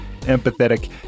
empathetic